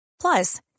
Plus